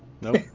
Nope